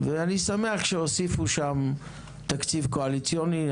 ואני שמח, שהוסיפו שם תקציב קואליציוני.